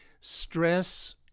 stress